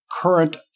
current